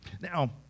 Now